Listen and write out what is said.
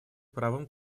правом